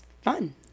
fun